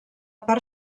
part